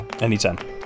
Anytime